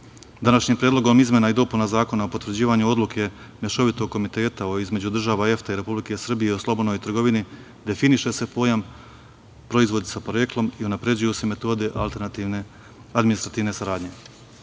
Današnjim predlogom izmena i dopuna Zakona o potvrđivanju odluke mešovitog komiteta između država EFTA i Republike Srbije o slobodnoj trgovini, definiše se pojam - proizvodi sa poreklom i unapređuju se metode alternativne administrativne saradnje. Svi